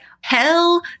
Hell